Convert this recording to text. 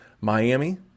Miami